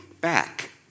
back